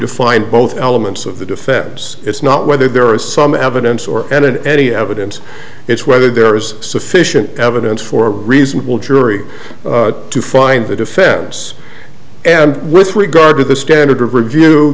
to find both elements of the defense it's not whether there is some evidence or and in any evidence it's whether there is sufficient evidence for reasonable jury to find the defense and with regard to the standard of review